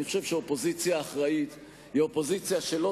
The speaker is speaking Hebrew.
אני חושב שאופוזיציה אחראית היא אופוזיציה שלא